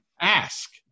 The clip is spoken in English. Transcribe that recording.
ask